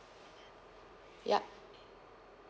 yup